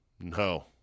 no